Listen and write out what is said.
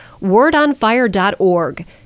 Wordonfire.org